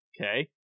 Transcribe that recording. okay